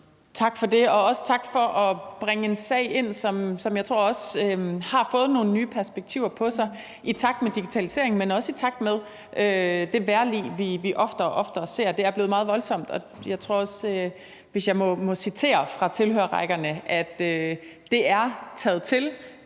Tak for det, og også tak for at bringe en sag herind, som jeg tror har fået nogle nye perspektiver i takt med digitaliseringen, men også i takt med det vejrlig, som vi oftere og oftere ser. Det er blevet meget voldsomt, og jeg tror også – hvis jeg må citere fra tilhørerrækkerne – at det er taget til,